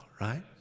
right